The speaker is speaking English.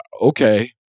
Okay